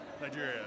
Nigeria